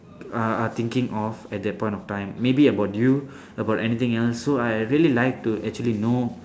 uh thinking of at that point of time maybe about you about anything else so I really like to actually know